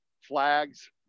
flags